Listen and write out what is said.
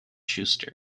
schuster